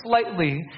slightly